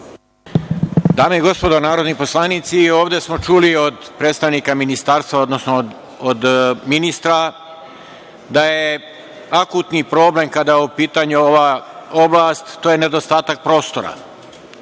Dame i gospodo narodni poslanici ovde smo čuli od predstavnika ministarstva, odnosno od ministra da je akutni problem kada je u pitanju ova oblast, to je nedostatak prostora.